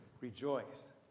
Rejoice